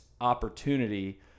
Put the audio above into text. opportunity